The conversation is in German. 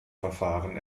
verfahren